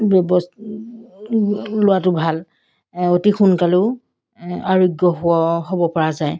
ব্যৱস্থা লোৱাটো ভাল অতি সোনকালেও আৰোগ্য হোৱাও হ'বপৰা যায়